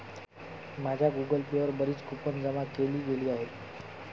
माझ्या Google Pay वर बरीच कूपन जमा केली गेली आहेत